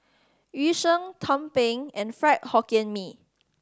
Yu Sheng tumpeng and Fried Hokkien Mee